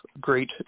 great